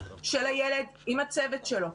של הילד עם הצוות שלו.